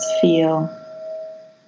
feel